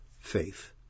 faith